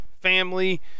family